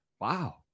Wow